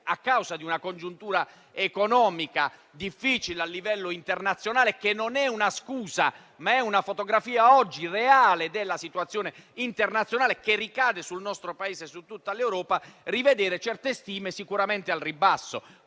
a causa di una congiuntura economica difficile a livello internazionale (che non è una scusa, ma una fotografia reale della situazione internazionale che ha ricadute sul nostro Paese e su tutta l'Europa), alcune stime sicuramente riviste